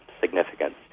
significance